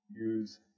Use